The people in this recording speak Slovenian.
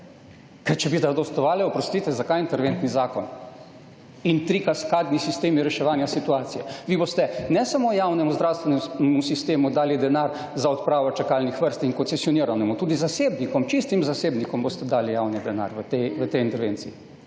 Ker če bi zadostovale, oprostite, zakaj interventni zakon in tri kaskadni sistemi reševanja situacije. Vi boste ne samo javnemu zdravstvenemu sistemu dali denar za odpravo čakalnih vrst in koncesioniranemu, tudi zasebnikom, čistim zasebnikom boste dali javni denar v tej intervenciji.